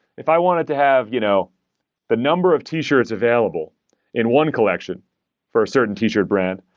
if i wanted to have you know the number of t-shirts available in one collection for a certain t-shirt brand,